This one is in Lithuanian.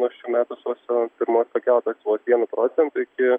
nuo šių metų sausio pirmos pakeltas vos vienu procentu iki